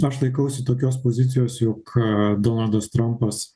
aš laikausi tokios pozicijos juk donaldas trampas